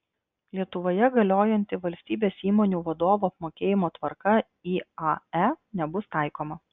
lietuvoje galiojanti valstybės įmonių vadovų apmokėjimo tvarka iae nebus taikoma